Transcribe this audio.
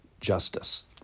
justice